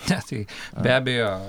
ne tai be abejo